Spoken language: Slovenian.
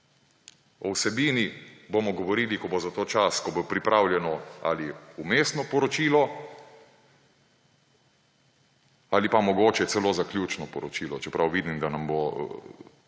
O vsebini bomo govorili, ko bo za to čas, ko bo pripravljeno ali vmesno poročilo ali pa mogoče celo zaključno poročilo. Čeprav vidim, da nam bo